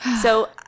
So-